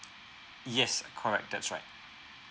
yes correct that's right